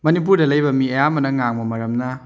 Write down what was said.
ꯃꯅꯤꯄꯨꯔꯗ ꯂꯩꯕ ꯃꯤ ꯑꯌꯥꯝꯕꯅ ꯉꯥꯡꯕ ꯃꯔꯝꯅ